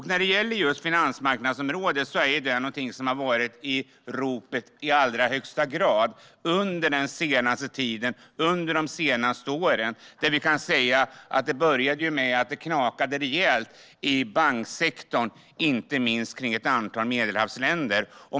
Finansmarknadsområdet är något som i allra högsta grad har varit i ropet under de senaste åren och den senaste tiden. Det började med att det knakade rejält i banksektorn, inte minst i ett antal Medelhavsländer.